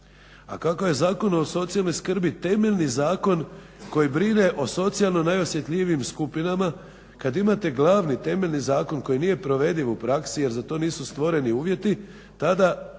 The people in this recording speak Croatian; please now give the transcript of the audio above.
A kako je Zakon o socijalnoj skrbi temeljni zakon koji brine o socijalno najosjetljivijim skupinama, kada imate glavni temeljni zakon koji nije provediv u praksi jer za to nisu stvoreni uvjeti, tada